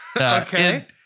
Okay